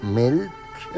milk